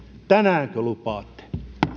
tänäänkö lupaatte